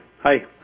hi